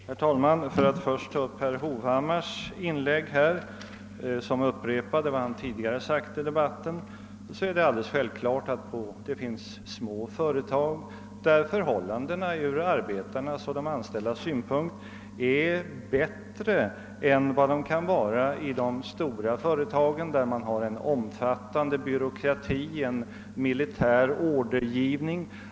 Herr talman! Jag vill först bemöta herr Hovhammars inlägg, i vilket han upprepade vad han sagt tidigare i debatten. Det är alldeles självklart att det finns små företag där förhållandena ur arbetarnas och de anställdas synpunkt i vissa avseenden är bättre än de kan vara i de stora företagen, där man har en omfattande byråkrati och en militär ordergivning.